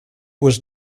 was